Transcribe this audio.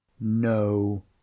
No